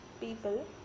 people